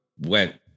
went